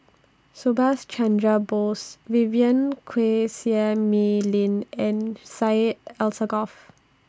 Subhas Chandra Bose Vivien Quahe Seah Mei Lin and Syed Alsagoff